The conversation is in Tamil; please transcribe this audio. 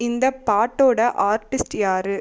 இந்தப் பாட்டோட ஆர்டிஸ்ட் யார்